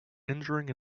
injuring